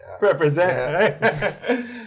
represent